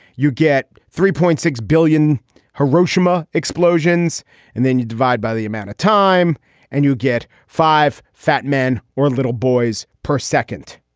you get three point six billion dollars hiroshima explosions and then you divide by the amount of time and you get five fat men or little boys per second,